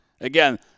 again